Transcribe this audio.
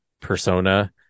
persona